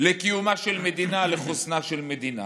לקיומה של מדינה, לחוסנה של מדינה.